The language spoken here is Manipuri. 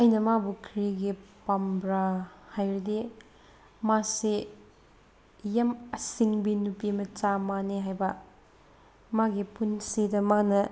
ꯑꯩꯅ ꯃꯥꯕꯨ ꯀꯔꯤꯒꯤ ꯄꯥꯝꯕ꯭ꯔꯥ ꯍꯥꯏꯔꯗꯤ ꯃꯥꯁꯤ ꯌꯥꯝ ꯑꯁꯤꯡꯕꯤ ꯅꯨꯄꯤ ꯃꯆꯥ ꯑꯃꯅꯤ ꯍꯥꯏꯕ ꯃꯥꯒꯤ ꯄꯨꯟꯁꯤꯗ ꯃꯥꯅ